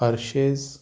Hershey's